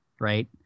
right